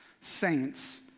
saints